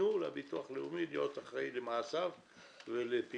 תתנו לביטוח הלאומי להיות אחראי למעשיו ולפעילותו.